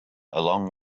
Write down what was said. along